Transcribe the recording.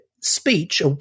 speech